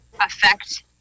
affect